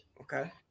Okay